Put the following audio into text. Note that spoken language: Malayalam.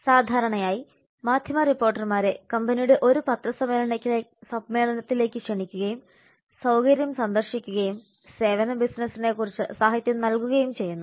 സാധാരണയായി മാധ്യമ റിപ്പോർട്ടർമാരെ കമ്പനിയുടെ ഒരു പത്രസമ്മേളനത്തിലേക്ക് ക്ഷണിക്കുകയും സൌകര്യം സന്ദർശിക്കുകയും സേവന ബിസിനസിനെക്കുറിച്ച് സാഹിത്യം നൽകുകയും ചെയ്യുന്നു